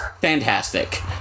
fantastic